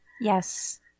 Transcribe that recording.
Yes